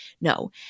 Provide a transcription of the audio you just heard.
No